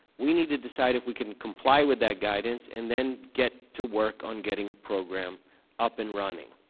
we need to decide if we can comply with that guidance and then get to work on getting a program up and running.